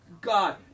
God